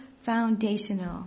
foundational